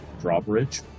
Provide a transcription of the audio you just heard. drawbridge